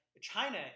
China